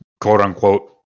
quote-unquote